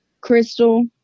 Crystal